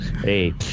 Hey